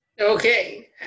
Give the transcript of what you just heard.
Okay